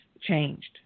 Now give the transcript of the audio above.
changed